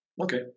okay